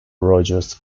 rogers